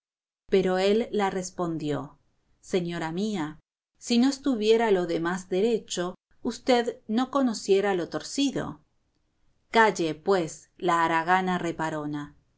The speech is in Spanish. pero él la respondió señora mía si no estuviera lo demás derecho usted no conociera lo torcido calle pues la haragana reparona